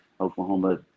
Oklahoma